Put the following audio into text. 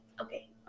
Okay